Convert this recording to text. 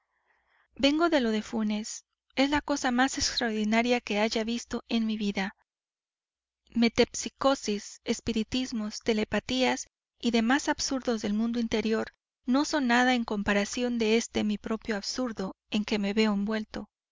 vengo de lo de funes es la cosa más extraordinaria que haya visto en mi vida metempsícosis espiritismos telepatías y demás absurdos del mundo interior no son nada en comparación de este mi propio absurdo en que me veo envuelto